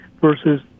versus